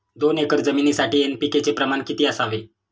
दोन एकर जमिनीसाठी एन.पी.के चे प्रमाण किती असावे?